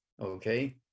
okay